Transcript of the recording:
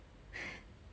(uh huh)